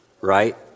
right